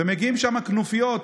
ומגיעות לשם כנופיות,